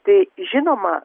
tai žinoma